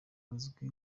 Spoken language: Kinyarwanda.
uzwi